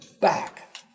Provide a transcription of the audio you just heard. back